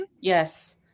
Yes